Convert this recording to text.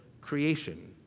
creation